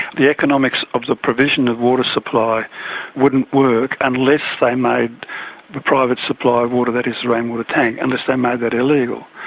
the economics of the provision of water supply wouldn't work unless they made the private supply of water, that is, the rainwater tank, unless they made that illegal.